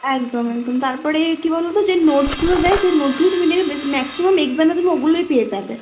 একদম একদম তার পরে কী বলো তো যে নোটসগুলো দেয় সেই নোটসগুলো তুমি দেখবে বেশি ম্যাক্সিমাম এগজ্যামে তুমি ওগুলোই পেয়ে যাবে